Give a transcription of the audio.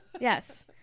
yes